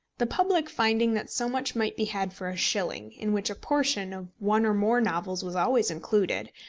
the public finding that so much might be had for a shilling, in which a portion of one or more novels was always included,